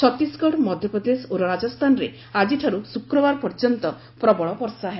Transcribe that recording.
ଛତିଶଗଡ଼ ମଧ୍ୟପ୍ରଦେଶ ଓ ରାଜସ୍ଥାନରେ ଆଜିଠାରୁ ଶୁକ୍ରବାର ପର୍ଯ୍ୟନ୍ତ ପ୍ରବଳ ବର୍ଷା ହେବ